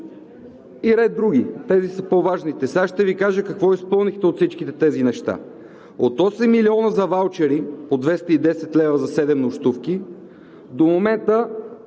и ред други, тези са по-важните. Сега ще Ви кажа какво изпълнихте от всичките тези неща. От 8 милиона за ваучери – по 210 лв. за 7 нощувки, до момента